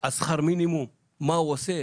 על שכר מינימום, מה הוא עושה?